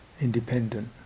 Independent